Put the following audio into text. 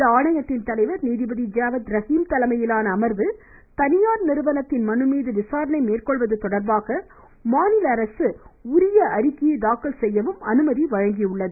இந்த ஆணையத்தின் தலைவர் நீதிபதி ஜாவத் ரஹீம் தலைமையிலான அமர்வு தனியார் நிறுவனத்தின் மனு மீது விசாரணை மேற்கொள்வது தொடர்பாக மாநில அரசு உரிய அறிக்கையை தாக்கல் செய்யவும் அனுமதி வழங்கியுள்ளது